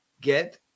Get